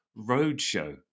roadshow